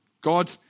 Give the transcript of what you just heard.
God